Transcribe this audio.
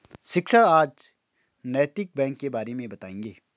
शिक्षक आज नैतिक बैंक के बारे मे बताएँगे